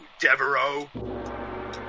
Devereaux